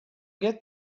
get